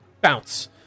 Bounce